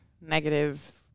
negative